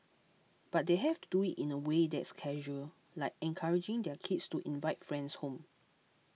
but they have to do it in a way that's casual like encouraging their kids to invite friends home